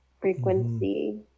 frequency